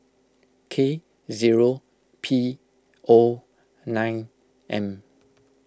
K zero P O nine M